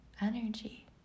energy